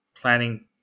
planning